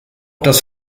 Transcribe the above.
das